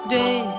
day